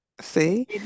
see